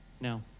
No